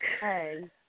Hey